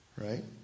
right